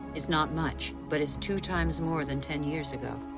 it's not much but it's two times more than ten years ago.